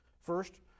First